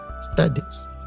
studies